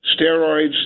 steroids